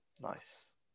Nice